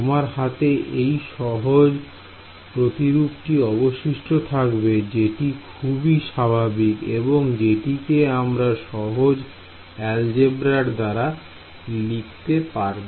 তোমার হাতে এই সহজ প্রতিরূপটি অবশিষ্ট থাকবে যেটি খুবই স্বাভাবিক এবং যেটিকে আমরা সহজ অ্যালজেবরার দাঁড়া লিখতে পারব